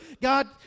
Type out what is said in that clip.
God